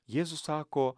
jėzus sako